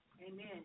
Amen